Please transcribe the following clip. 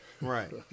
right